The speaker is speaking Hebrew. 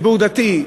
הציבור הדתי,